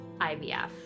IVF